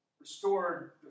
restored